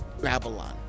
babylon